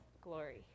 glory